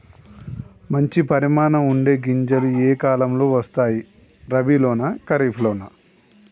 మంచి పరిమాణం ఉండే గింజలు ఏ కాలం లో వస్తాయి? రబీ లోనా? ఖరీఫ్ లోనా?